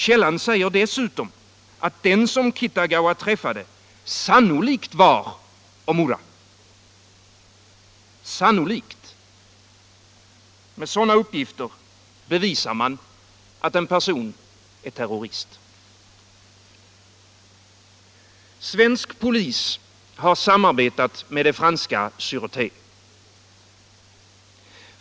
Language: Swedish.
Källan säger dessutom att den som Kitagawa träffade ”sannolikt” var Omura. Sannolikt! Med sådana uppgifter bevisar man att en person är terrorist. Svensk polis har samarbete med franska Sureté.